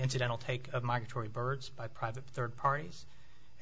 incidental take of migratory birds by private third parties